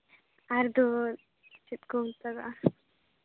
ᱟᱫᱚ ᱪᱮᱫ ᱠᱚ ᱢᱮᱛᱟᱣᱟᱜᱼᱟ